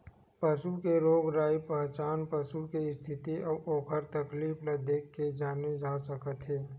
पसू के रोग राई के पहचान पसू के इस्थिति अउ ओखर तकलीफ ल देखके जाने जा सकत हे